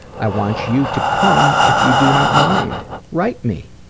i want you to come if you do not mind. write me.